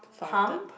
palm